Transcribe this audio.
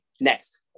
next